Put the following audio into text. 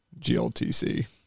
gltc